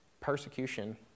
Persecution